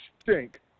stink